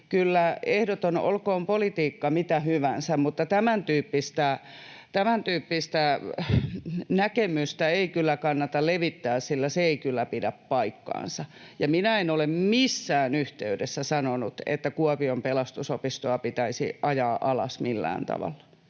ehdoton... Olkoon politiikka mitä hyvänsä, mutta tämäntyyppistä näkemystä ei kyllä kannata levittää, sillä se ei kyllä pidä paikkaansa. Minä en ole missään yhteydessä sanonut, että Kuopion Pelastusopistoa pitäisi ajaa alas millään tavalla,